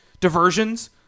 diversions